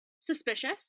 suspicious